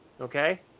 okay